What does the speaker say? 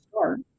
start